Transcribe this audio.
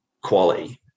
quality